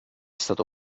stato